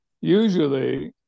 Usually